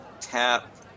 tap